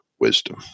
wisdom